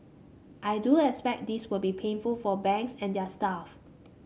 I do expect this will be painful for banks and their staff